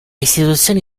istituzioni